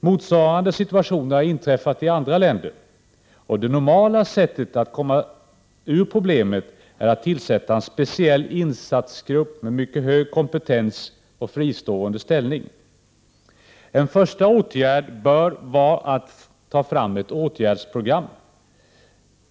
Motsvarande situationer har inträffat i andra länder. Det normala sättet att söka lösa problemet är att tillsätta en speciell insatsgrupp med mycket hög kompetens och fristående ställning. En första åtgärd bör vara att utarbeta ett åtgärdsprogram.